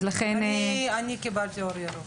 אני קיבלתי אור ירוק.